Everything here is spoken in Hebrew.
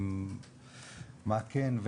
מה כן,